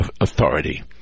authority